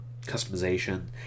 customization